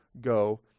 Go